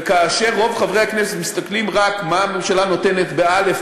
וכאשר רוב חברי הכנסת מסתכלים רק מה הממשלה נותנת בא',